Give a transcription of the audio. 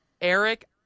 Eric